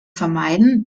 vermeiden